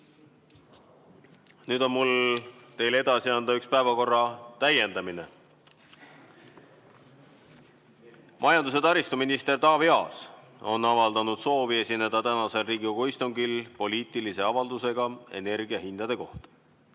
Nüüd on mul teile edasi anda üks päevakorra täiendamine. Majandus- ja taristuminister Taavi Aas on avaldanud soovi esineda tänasel Riigikogu istungil poliitilise avaldusega energiahindade kohta.